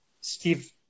Steve